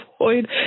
avoid